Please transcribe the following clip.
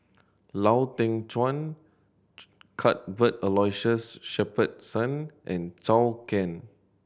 Lau Teng Chuan Cuthbert Aloysius Shepherdson and Zhou Can